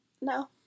No